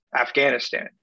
Afghanistan